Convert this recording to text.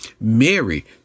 Mary